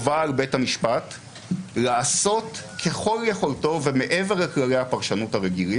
לכאורה בית המשפט יכול לכתוב מחדש חוק,